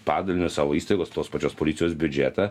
padalinius savo įstaigos tos pačios policijos biudžetą